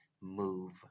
move